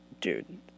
Dude